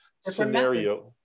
scenario